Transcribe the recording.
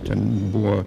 ten buvo